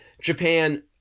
japan